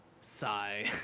Sigh